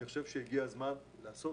אני חושב שהגיע הזמן לחשוב